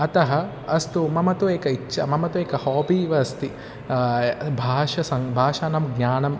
अतः अस्तु मम तु एका इच्छा मम तु एक होबि इव अस्ति भाषा सं भाषाणां ज्ञानं